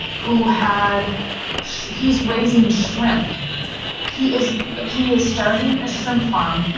who had he's raising shrimp he is he is starting a shrimp farm.